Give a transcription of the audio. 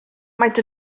maent